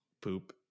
poop